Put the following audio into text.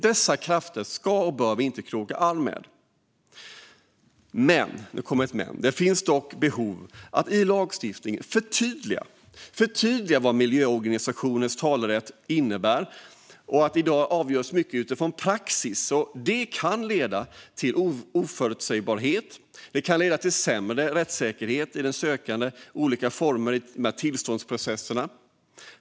Dessa krafter ska vi inte kroka arm med. Det finns dock ett behov av att i lagstiftningen förtydliga vad miljöorganisationernas talerätt innebär. I dag avgörs mycket utifrån praxis, vilket kan leda till oförutsägbarhet och sämre rättssäkerhet för den sökande i olika former av tillståndsprocesser.